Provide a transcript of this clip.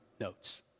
notes